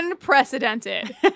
unprecedented